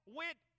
went